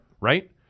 Right